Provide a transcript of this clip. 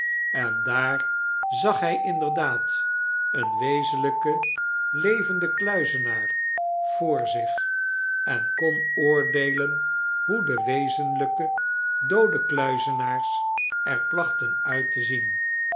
en daar zag hy inderdaad een wezenlyken levenden kluizenaar voor zich en kon oordeelen hoe de wezenlyke doode kluizenaars er plachten uit te zien